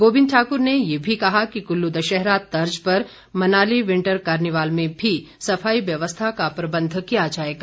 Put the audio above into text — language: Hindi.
गोविंद ठाकर ने ये भी कहा कि कल्लू दशहरा तर्ज पर मनाली विंटर कार्निवाल में भी सफाई व्यवस्था का प्रबंध किया जाएगा